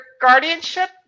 guardianship